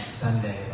Sunday